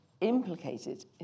implicated